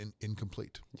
incomplete